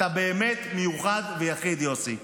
אתה באמת מיוחד ויחיד, יוסי.